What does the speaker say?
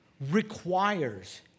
requires